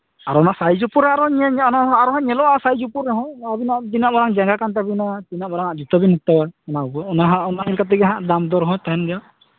ᱟᱨ ᱚᱱᱟ ᱥᱟᱭᱤᱡᱽ ᱩᱯᱟᱹᱨ ᱨᱮ ᱟᱨᱚᱦᱚᱸ ᱧᱮᱞ ᱜᱟᱱᱚᱜᱼᱟ ᱟᱨᱦᱚᱸ ᱧᱞᱚᱜᱼᱟ ᱥᱟᱹᱭᱤᱡ ᱩᱯᱟᱹᱨ ᱨᱮᱦᱚᱸ ᱟᱵᱤᱱᱟᱜ ᱛᱤᱱᱟᱹᱜ ᱢᱟᱨᱟᱝ ᱡᱟᱸᱜᱟ ᱠᱟᱱ ᱛᱟᱹᱵᱤᱱᱟ ᱛᱤᱱᱟᱹᱜ ᱢᱟᱨᱟᱝᱟᱜ ᱡᱩᱛᱟᱹ ᱵᱮᱱ ᱦᱟᱛᱟᱣᱟ ᱚᱱᱟ ᱟᱭ ᱩᱢᱟᱹᱱ ᱠᱟᱛᱮ ᱜᱮ ᱦᱟᱸᱜ ᱫᱟᱢ ᱫᱚᱨ ᱫᱚ ᱛᱟᱦᱮᱱ ᱜᱮᱭᱟ